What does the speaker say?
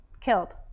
killed